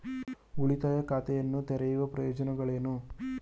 ಉಳಿತಾಯ ಖಾತೆಯನ್ನು ತೆರೆಯುವ ಪ್ರಯೋಜನಗಳೇನು?